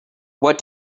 what